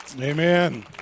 Amen